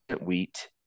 wheat